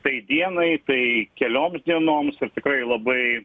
tai dienai tai kelioms dienoms ir tikrai labai